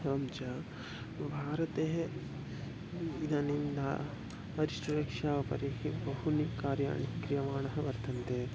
एवं च भारते इदानीं दा उपरिः बहूनि कार्याणि क्रियमाणाः वर्तन्ते